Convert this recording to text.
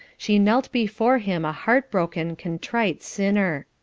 she knelt before him a heart-broken, contrite sinner.